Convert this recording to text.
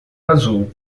azul